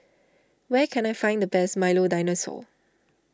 where can I find the best Milo Dinosaur